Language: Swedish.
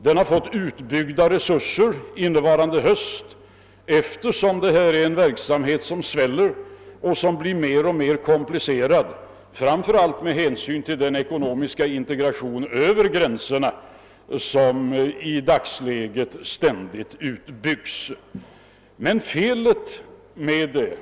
Den har fått utbyggda resurser innevarande höst, därför att detta är en verksamhet som sväller och som blir mer och med komplicerad, framför allt på grund av den ekonomiska integration över gränserna som i dagsläget ständigt utbyggs.